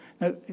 Now